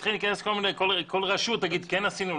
ברישיון עסק כל רשות תגיד 'כן עשינו',